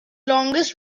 longest